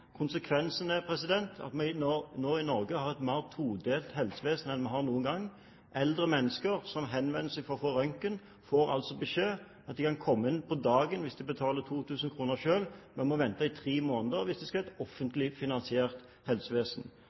at vi i Norge nå har et mer todelt helsevesen enn noen gang. Eldre mennesker som henvender seg for å få røntgen, får altså beskjed om at de kan komme inn på dagen hvis de betaler 2 000 kr selv, men at de må vente i tre måneder hvis de skal inn i et offentlig finansiert helsevesen.